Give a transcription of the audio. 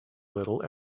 little